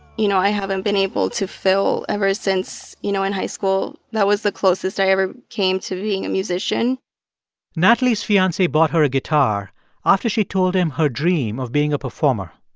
you know, i haven't been able to fill ever since, you know, in high school that was the closest i ever came to being a musician natalie's fiancee bought her a guitar after she told him her dream of being a performer.